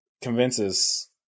convinces